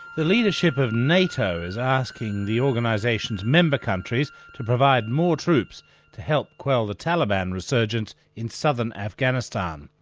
the leadership of nato is asking the organisation's member countries to provide more troops to help quell the taliban resurgence in southern afghanistan.